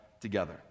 together